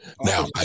Now